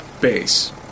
base